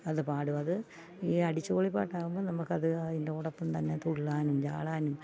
അതു പാടുമത് ഈ അടിച്ചു പൊളി പാട്ടാകുമ്പം നമുക്കത് അതിൻറ്റോടൊപ്പം തന്നെ തുള്ളാനും ചാടാനും